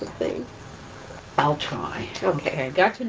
thing i'll try ok and and